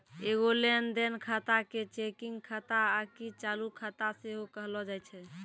एगो लेन देन खाता के चेकिंग खाता आकि चालू खाता सेहो कहलो जाय छै